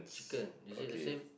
chicken is it the same